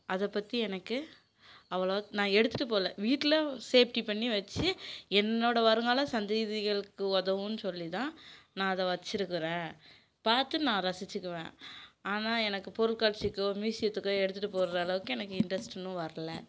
அதை பற்றி எனக்கு அவ்வளோவாக நான் எடுத்துகிட்டுப் போகல வீட்டில் சேஃப்டி பண்ணி வெச்சு என்னோட வருங்கால சந்ததிதிகளுக்கு உதவுன் சொல்லி தான் நான் அதை வச்சுருக்கறேன் பார்த்து நான் ரசிச்சுக்குவேன் ஆனால் எனக்கு பொருள்காட்சிக்கோ மியூஸியத்துக்கோ எடுத்துகிட்டு போகிற அளவுக்கு எனக்கு இன்ட்ரெஸ்ட் இன்னும் வரல